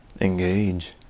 engage